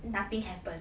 nothing happened